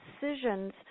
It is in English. decisions